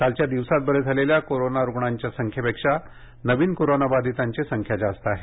कालच्या दिवसांत बरे झालेल्या कोरोना रुग्णांच्या संख्येपेक्षा नवीन कोरोनाबाधितांची संख्या जास्त आहे